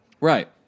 Right